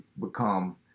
become